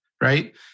right